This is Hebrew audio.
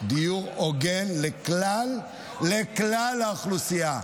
הוגן לכלל האוכלוסייה,